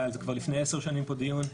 היה על זה כבר לפני עשר שנים פה דיון.